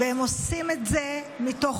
והם עושים את זה מתוך